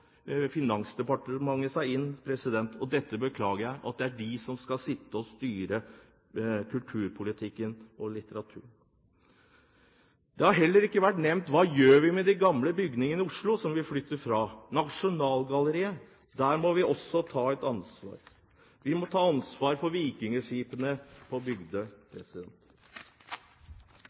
Finansdepartementet seg inn. Jeg beklager at det er dem som skal styre litteratur- og kulturpolitikken. Det har heller ikke vært nevnt hva vi skal gjør med de gamle bygningene i Oslo som vi flytter fra, Nasjonalgalleriet – der må vi også ta et ansvar, og vi må ta ansvar for vikingskipene på